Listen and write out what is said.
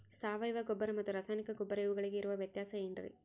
ಸಾವಯವ ಗೊಬ್ಬರ ಮತ್ತು ರಾಸಾಯನಿಕ ಗೊಬ್ಬರ ಇವುಗಳಿಗೆ ಇರುವ ವ್ಯತ್ಯಾಸ ಏನ್ರಿ?